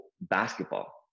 Basketball